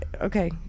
Okay